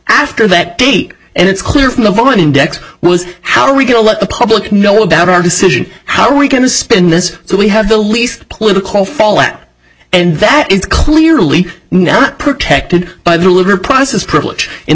after that date and it's clear from the fallen index was how are we going to let the public know about our decision how are we going to spin this so we have the least political fallout and that is clearly not protected by the liberal process privilege